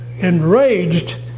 enraged